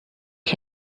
ich